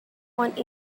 want